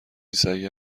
سگه